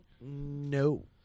No